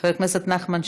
חבר הכנסת נחמן שי,